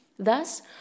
Thus